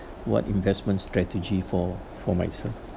what investment strategy for for myself